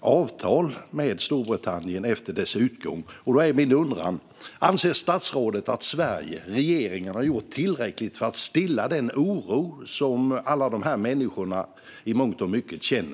avtal med Storbritannien efter att de har gått ur EU. Då är min undran: Anser statsrådet att Sverige och regeringen har gjort tillräckligt för att stilla den oro som alla de här människorna i mångt och mycket känner?